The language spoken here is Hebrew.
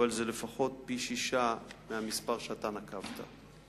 אבל זה לפחות פי שישה מהמספר שאתה נקבת.